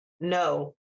no